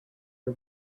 her